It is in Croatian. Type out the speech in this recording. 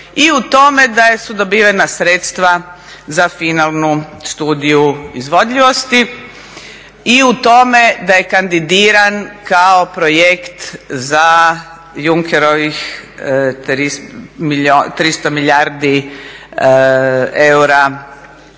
I u tome da su dobivena sredstva za finalnu studiju izvodljivosti i u tome da je kandidiran kao projekt za Juncekerovih 300 milijardi eura